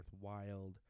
worthwhile